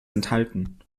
enthalten